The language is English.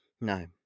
No